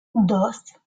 dos